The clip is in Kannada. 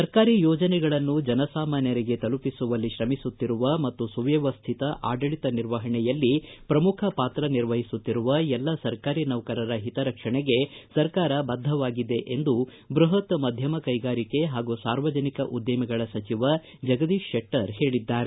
ಸರ್ಕಾರಿ ಯೋಜನೆಗಳನ್ನು ಜನಸಾಮಾನ್ಯರಿಗೆ ತಲುಪಿಸುವಲ್ಲಿ ತ್ರಮಿಸುತ್ತಿರುವ ಮತ್ತು ಸುವ್ವವಸ್ಟಿತ ಆಡಳಿತ ನಿರ್ವಹಣೆಯಲ್ಲಿ ಪ್ರಮುಖ ಪಾತ್ರ ನಿರ್ವಹಿಸುತ್ತಿರುವ ಎಲ್ಲ ಸರ್ಕಾರಿ ನೌಕರರ ಹಿತರಕ್ಷಣೆಗೆ ಸರ್ಕಾರ ಬದ್ದವಾಗಿದೆ ಎಂದು ಬೃಹತ್ ಮಧ್ವಮ ಕೈಗಾರಿಕೆ ಹಾಗೂ ಸಾರ್ವಜನಿಕ ಉದ್ದಿಮೆಗಳ ಸಚಿವ ಜಗದೀಶ ಶೆಟ್ಟರ್ ಹೇಳಿದ್ದಾರೆ